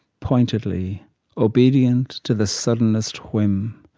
pointedly obedient to the suddenest whim.